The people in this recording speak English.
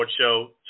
Show